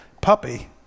Puppy